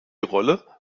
rolle